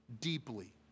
deeply